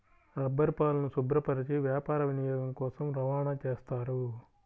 రబ్బరుపాలను శుభ్రపరచి వ్యాపార వినియోగం కోసం రవాణా చేస్తారు